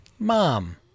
Mom